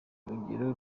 rugero